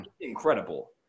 Incredible